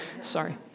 sorry